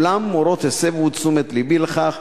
אולם מורות הסבו את תשומת לבי לכך